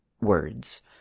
words